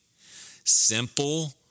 simple